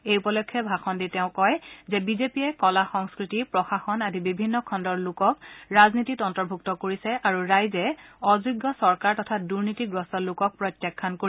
এই উপলক্ষে ভাষণ দি তেওঁ কয় যে বিজেপিয়ে কলা সংস্কৃতি প্ৰশাসন আদি বিভিন্ন খণ্ডৰ লোকক ৰাজনীতিত অন্তৰ্ভুক্ত কৰিছে আৰু ৰাইজে অযোগ্য চৰকাৰ তথা দুনীতিগ্ৰস্ত লোকক প্ৰত্যাখ্যান কৰিব